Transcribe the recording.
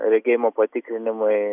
regėjimo patikrinimai